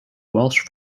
welsh